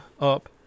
up